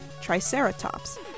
Triceratops